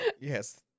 Yes